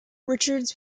richards